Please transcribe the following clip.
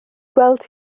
gweld